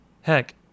Heck